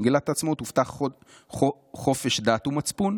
במגילת העצמאות הובטח חופש דת ומצפון,